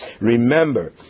Remember